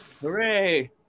Hooray